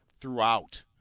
throughout